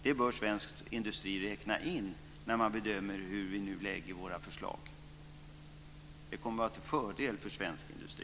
Det bör svensk industri räkna in när man bedömer hur vi nu lägger våra förslag. Det kommer att vara till fördel för svensk industri.